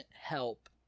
help